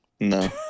No